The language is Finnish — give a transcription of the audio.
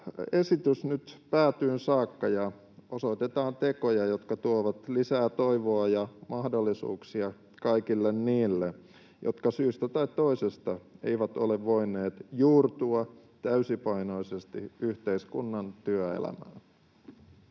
esitys nyt päätyyn saakka ja osoitetaan tekoja, jotka tuovat lisää toivoa ja mahdollisuuksia kaikille niille, jotka syystä tai toisesta eivät ole voineet juurtua täysipainoisesti yhteiskunnan työelämään.